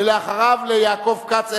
ואחריו ליעקב כץ,